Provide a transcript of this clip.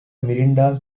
miranda